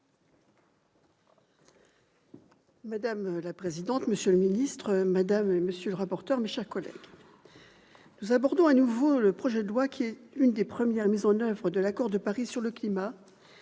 Madame la présidente, monsieur le ministre d'État, madame la rapporteur, mes chers collègues, nous abordons à nouveau ce projet de loi qui est l'une des premières mises en oeuvre de l'accord de Paris sur le climat,